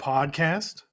Podcast